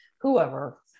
whoever